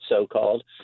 so-called